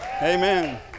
Amen